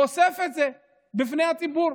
הוא חושף את זה בפני הציבור?